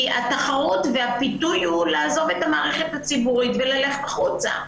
התחרות והפיתוי הוא לעזוב את המערכת הציבורית וללכת החוצה.